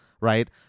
right